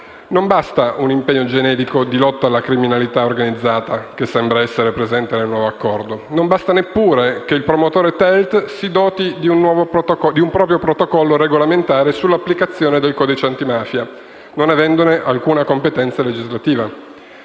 non basta un impegno generico di lotta alla criminalità organizzata, che sembra essere presente nel nuovo accordo. Non basta neppure che il promotore TELT si doti di un proprio protocollo regolamentare sull'applicazione di codice antimafia, non avendo alcuna competenza legislativa.